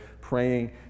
praying